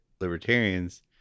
libertarians